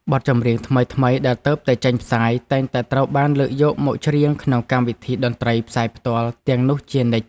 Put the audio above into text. បទចម្រៀងថ្មីៗដែលទើបតែចេញផ្សាយតែងតែត្រូវបានលើកយកមកច្រៀងក្នុងកម្មវិធីតន្ត្រីផ្សាយផ្ទាល់ទាំងនោះជានិច្ច។